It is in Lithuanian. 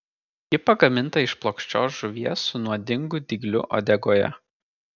ji pagaminta iš plokščios žuvies su nuodingu dygliu uodegoje